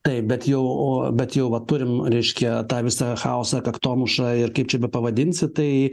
taip bet jau o bet jau va turim reiškia tą visą chaosą kaktomušą ir kaip čia bepavadinsi tai